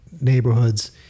neighborhoods